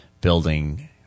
building